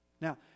Now